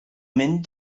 mynd